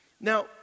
Now